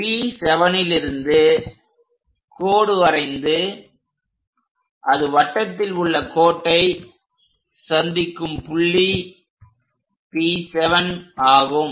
P7லிருந்து கோடு வரைந்து அது வட்டத்தில் உள்ள கோட்டை சந்திக்கும் புள்ளி P7 ஆகும்